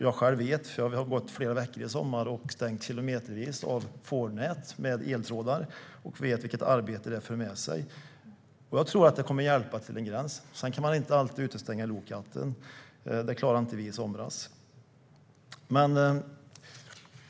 Jag vet det själv, för jag har gått flera veckor i sommar och stängt kilometervis av fårnät med eltråd och vet vilket arbete det för med sig. Jag tror att det kommer att hjälpa till en gräns. Man kan inte alltid utestänga lokatten. Det klarade inte vi i somras.